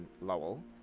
Lowell